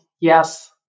Yes